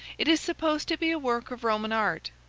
it is supposed to be a work of roman art,